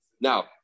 Now